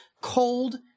Cold